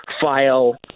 file